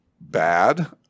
bad